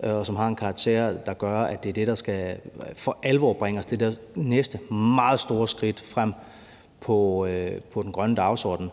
af en bred karakter, og som kan være det, der for alvor bringer os det der næste meget store skridt frem på den grønne dagsorden.